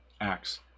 Acts